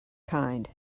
kind